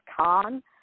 Khan